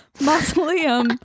mausoleum